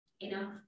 Enough